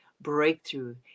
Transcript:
breakthrough